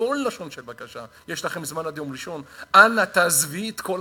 בכל לשון של בקשה: יש לכם זמן עד יום ראשון.